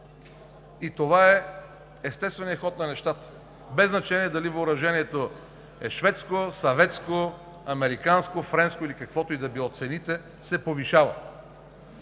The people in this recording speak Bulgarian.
Това е естественият ход на нещата без значение дали въоръжението е шведско, съветско, американско, френско, или каквото и да било – цените се повишават.